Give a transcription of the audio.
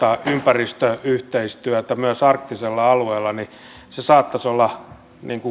ympäristöyhteistyötä myös arktisella alueella niin se saattaisi olla